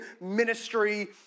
ministry